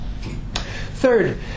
Third